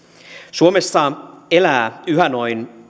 suomessa elää yhä noin